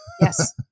Yes